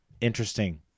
interesting